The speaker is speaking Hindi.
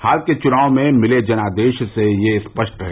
हाल के चुनावों में मिले जनादेश से यह स्पष्ट है